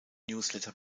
newsletter